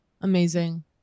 Amazing